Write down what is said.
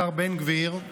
השר בן גביר,